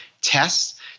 tests